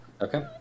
Okay